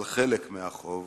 על חלק מהחוב